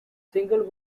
single